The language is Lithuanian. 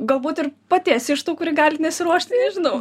galbūt ir pati esi iš tų kuri gali nesiruošti nežinau